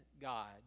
God